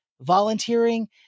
volunteering